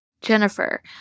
Jennifer